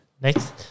Next